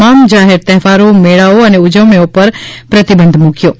તમામ જાહેર તહેવારો મેળાઓ અને ઉજવણીઓ ઉપર પ્રતિબંધ મુકથો છે